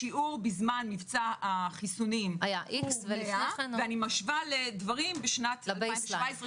השיעור בזמן מבצע החיסונים הוא 100 ואני משווה לדברים בשנת 2017,